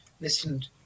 listened